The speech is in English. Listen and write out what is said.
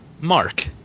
Mark